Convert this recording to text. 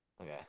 Okay